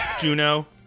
juno